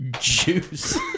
juice